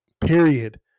period